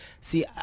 See